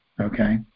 okay